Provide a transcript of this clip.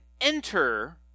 enter